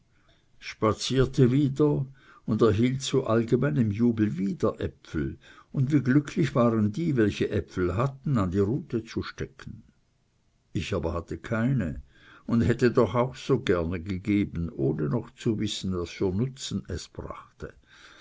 spazierte wieder und erhielt zu allgemeinem jubel wieder äpfel und wie glücklich waren die welche äpfel hatten an die rute zu stecken ich aber hatte keine und hätte doch auch so gerne gegeben ohne noch zu wissen was für nutzen es brachte